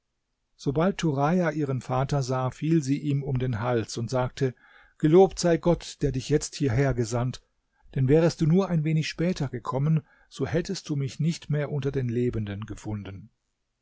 sobald turaja ihren vater sah fiel sie ihm um den hals und sagte gelobt sei gott der dich jetzt hierher gesandt denn wärest du nur ein wenig später gekommen so hättest du mich nicht mehr unter den lebenden gefunden